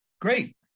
Great